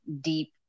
deep